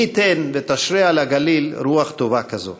מי ייתן ותשרה על הגליל רוח טובה כזאת.